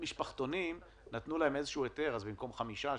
למשפחתונים נתנו איזשהו היתר אז במקום חמישה,